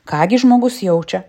ką gi žmogus jaučia